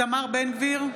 איתמר בן גביר,